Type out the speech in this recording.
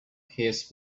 his